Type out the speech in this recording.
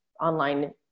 online